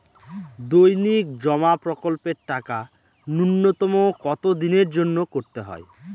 দৈনিক জমা প্রকল্পের টাকা নূন্যতম কত দিনের জন্য করতে হয়?